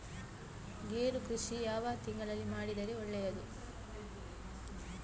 ಗೇರು ಕೃಷಿ ಯಾವ ತಿಂಗಳಲ್ಲಿ ಮಾಡಿದರೆ ಒಳ್ಳೆಯದು?